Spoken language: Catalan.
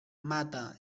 mata